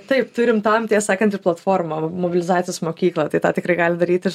taip turim tam tiesą sakant ir platformą mobilizacijos mokyklą tai tą tikrai gali daryt ir